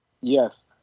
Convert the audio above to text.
yes